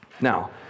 Now